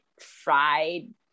fried